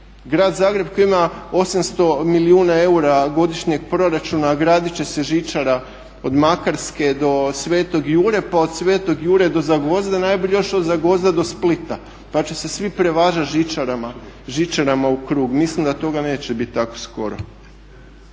grad Zagreb koji ima 800 milijuna eura godišnjeg proračuna, a gradit će se žičara od Makarske do Sv. Jure, pa od Sv. Jure do Zagvozda. Najbolje još od Zagvozda do Splita pa će se svi prevažat žičarama u krug. Mislim da toga neće bit tako skoro.